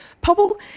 Pobble